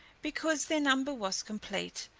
because their number was complete,